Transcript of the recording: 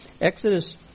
Exodus